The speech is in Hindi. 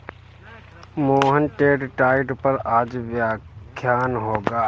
मोहन डेट डाइट पर आज व्याख्यान होगा